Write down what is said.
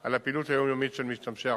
על הפעילות היומיומית של משתמשי הרכבת.